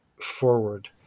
forward